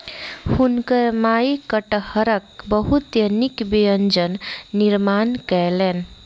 हुनकर माई कटहरक बहुत नीक व्यंजन निर्माण कयलैन